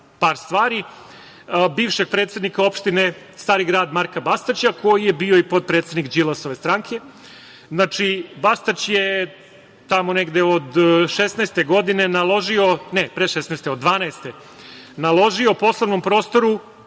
par stvari, bivšeg predsednika opštine Stari grad Marka Bastaća, koji je bio i potpredsednik Đilasove stranke. Znači, Bastać je tamo negde od 2016. godine, ne, pre 2016. godine, 2012. godine naložio „Poslovnom prostoru“